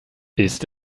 ist